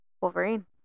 Wolverine